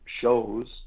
shows